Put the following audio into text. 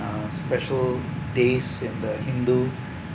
a special days in the hindu